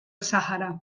sàhara